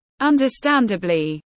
Understandably